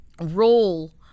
role